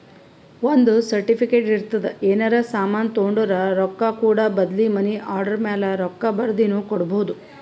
ಒಂದ್ ಸರ್ಟಿಫಿಕೇಟ್ ಇರ್ತುದ್ ಏನರೇ ಸಾಮಾನ್ ತೊಂಡುರ ರೊಕ್ಕಾ ಕೂಡ ಬದ್ಲಿ ಮನಿ ಆರ್ಡರ್ ಮ್ಯಾಲ ರೊಕ್ಕಾ ಬರ್ದಿನು ಕೊಡ್ಬೋದು